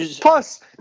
plus